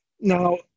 Now